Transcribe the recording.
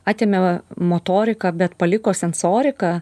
atėmė motoriką bet paliko sensoriką